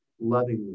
lovingly